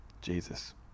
Jesus